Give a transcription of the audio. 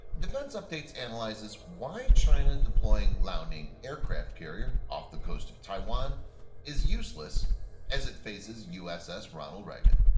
defense updates analyzes why china deploying liaoning aircraft carrier off the coast of taiwan is useless as it faces uss ronald reagan?